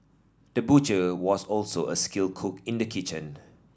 the butcher was also a skilled cook in the kitchen